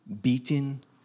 beaten